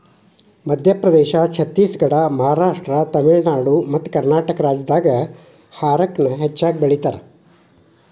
ಮಧ್ಯಪ್ರದೇಶ, ಛತ್ತೇಸಗಡ, ಮಹಾರಾಷ್ಟ್ರ, ತಮಿಳುನಾಡು ಮತ್ತಕರ್ನಾಟಕ ರಾಜ್ಯದಾಗ ಹಾರಕ ನ ಹೆಚ್ಚಗಿ ಬೆಳೇತಾರ